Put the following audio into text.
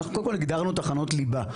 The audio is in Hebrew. אנחנו קודם כל הגדרנו תחנות ליבה.